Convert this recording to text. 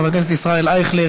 חבר הכנסת ישראל אייכלר,